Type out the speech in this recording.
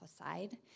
aside